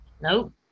Nope